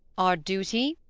our duty?